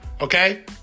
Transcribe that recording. okay